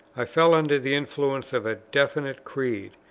i fell under the influences of a definite creed,